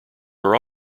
are